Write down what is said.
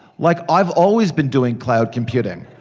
like i've always been doing cloud computing!